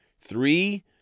Three